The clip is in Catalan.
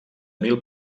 mil